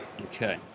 Okay